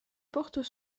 portent